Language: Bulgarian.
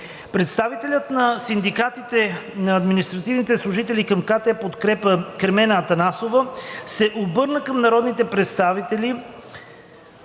Представителят на Синдиката на административните служители към КТ „Подкрепа“ Кремена Атанасова се обърна към народните представители